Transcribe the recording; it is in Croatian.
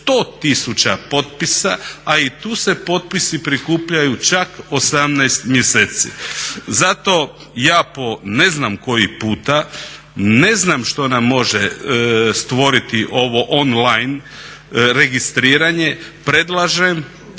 100 000 potpisa, a i tu se potpisi prikupljali čak 18 mjeseci. Zato ja po ne znam koji puta ne znam što nam može stvoriti ovo online registriranje, predlažem